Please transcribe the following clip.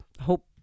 Hope